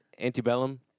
Antebellum